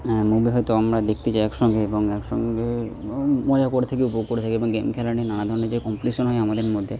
আমরা দেখতে যাই একসঙ্গে এবং একসঙ্গে মজা করে থাকি উপভোগ করে থাকি এবং গেম খেলা নিয়ে নানা ধরনের যে কম্পিটিশন হয় আমাদের মধ্যে